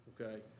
okay